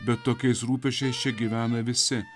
bet tokiais rūpesčiais čia gyvena visi